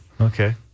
Okay